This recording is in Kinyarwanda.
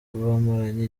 bamaranye